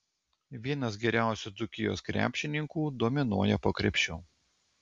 vienas geriausių dzūkijos krepšininkų dominuoja po krepšiu